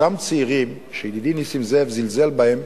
אותם צעירים שידידי נסים זאב זלזל בהם,